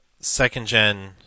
second-gen